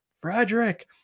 Frederick